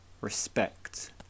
respect